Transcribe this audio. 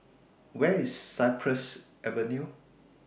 Where IS Cypress Avenue